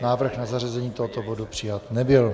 Návrh na zařazení tohoto bodu přijat nebyl.